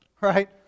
right